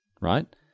right